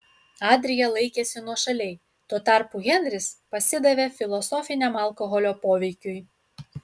adrija laikėsi nuošaliai tuo tarpu henris pasidavė filosofiniam alkoholio poveikiui